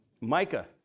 Micah